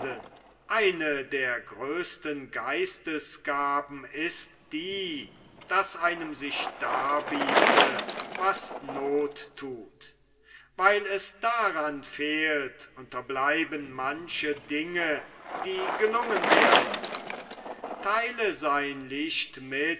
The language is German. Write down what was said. eine der größten geistesgaben ist die daß einem sich darbiete was noth thut weil es daran fehlt unterbleiben manche dinge die gelungen wären theile sein licht